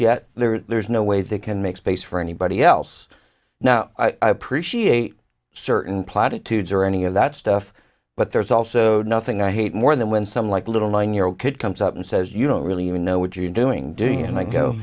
yet there's no way they can make space for anybody else now i appreciate certain platitudes or any of that stuff but there's also nothing i hate more than when some like a little nine year old kid comes up and says you don't really even know what you're doing do you and i